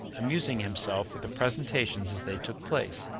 amusing himself with the presentations as they took place,